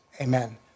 Amen